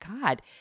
god